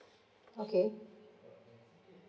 okay